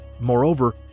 Moreover